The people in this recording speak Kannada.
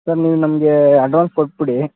ಸರ್ ನೀವು ನಮಗೆ ಅಡ್ವಾನ್ಸ್ ಕೊಟ್ಟುಬಿಡಿ